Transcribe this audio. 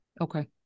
Okay